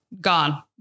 gone